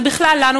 ובכלל לנו,